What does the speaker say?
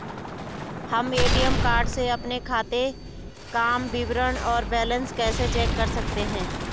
हम ATM card से अपने खाते काम विवरण और बैलेंस कैसे चेक कर सकते हैं?